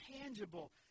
tangible